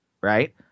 right